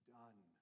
done